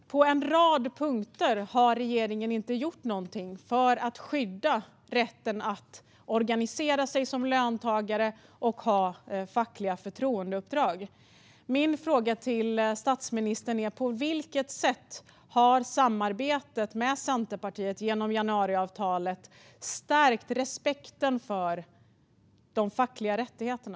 På en rad punkter har regeringen inte gjort någonting för att skydda rätten att organisera sig som löntagare och ha fackliga förtroendeuppdrag. Min fråga till statsministern är: På vilket sätt har samarbetet med Centerpartiet genom januariavtalet stärkt respekten för de fackliga rättigheterna?